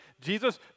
Jesus